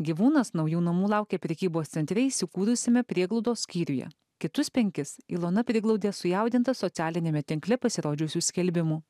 gyvūnas naujų namų laukė prekybos centre įsikūrusiame prieglaudos skyriuje kitus penkis ilona priglaudė sujaudinta socialiniame tinkle pasirodžiusių skelbimų